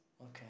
Okay